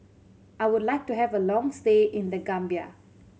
I would like to have a long stay in The Gambia